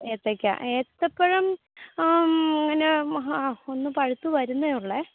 ഏത്തയ്ക്ക ഏത്തപ്പഴം ഒന്ന് പഴുത്ത് വരുന്നതേയുള്ളൂ